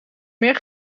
meer